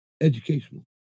educational